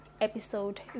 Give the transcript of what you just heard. episode